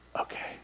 okay